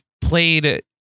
played